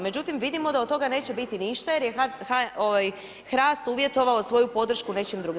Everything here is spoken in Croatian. Međutim, vidimo da od toga neće biti ništa jer je HRAST uvjetovao svoju podršku nečim drugim.